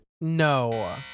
No